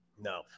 No